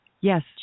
yes